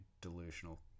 delusional